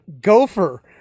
Gopher